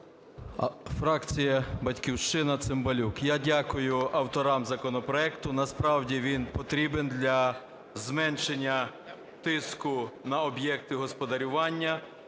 Фракція "Батьківщина", Цимбалюк. Я дякую авторам законопроекту. Насправді він потрібен для зменшення тиску на об'єкти господарювання.